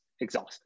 exhausting